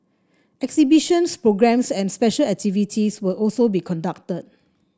exhibitions programmes and special activities will also be conducted